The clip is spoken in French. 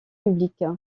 public